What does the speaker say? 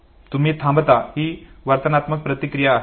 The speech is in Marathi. तुम्ही थांबता ही वर्तनात्मक प्रतिक्रिया आहे